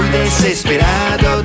desesperado